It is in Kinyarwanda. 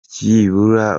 byibura